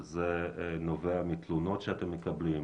שזה נובע מתלונות שאתם מקבלים?